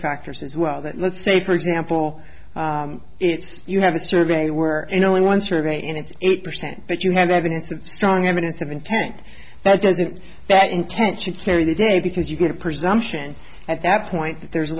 factors as well that let's say for example if you have a survey were in only one survey and it's eight percent that you have evidence of strong evidence of intent that doesn't that intent should carry the day because you get a presumption at that point that there's